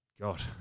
God